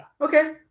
Okay